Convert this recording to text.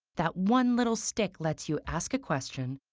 that one little stick lets you ask a question,